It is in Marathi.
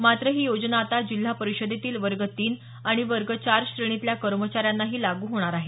मात्र ही योजना आता जिल्हा परिषदेतील वर्ग तीन आणि वर्ग चार श्रेणीतील कर्मचाऱ्यांनाही लागू होणार आहे